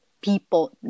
people